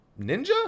ninja